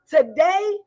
today